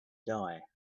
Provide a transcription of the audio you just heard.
die